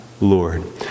Lord